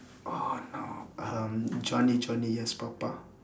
oh no um johnny johnny yes papa